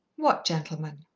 what gentleman?